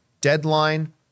Deadline